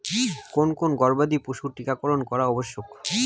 কোন কোন গবাদি পশুর টীকা করন করা আবশ্যক?